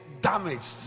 damaged